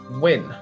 win